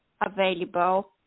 available